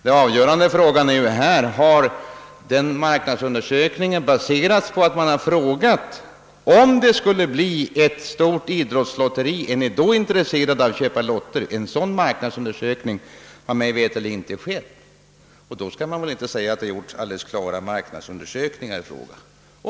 Det avgörande är om marknadsundersökningen baserats på frågan: Om det skulle bli ett stort idrottslotteri, är ni då intresserad av att köpa lotter? En sådan marknadsundersökning har mig veterligt inte skett, och då kan man inte säga att det gjorts en alldeles klar marknadsundersökning i frågan.